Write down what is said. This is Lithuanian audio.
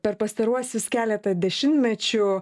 per pastaruosius keletą dešimtmečių